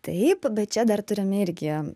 taip bet čia dar turim irgi